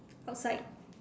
outside